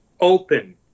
open